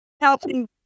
Helping